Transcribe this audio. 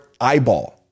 eyeball